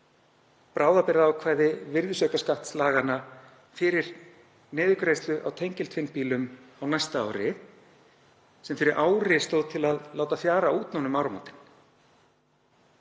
bráðabirgðaákvæði virðisaukaskattslaganna fyrir niðurgreiðslu á tengiltvinnbílum á næsta ári sem fyrir ári stóð til að láta fjara út nú um áramótin.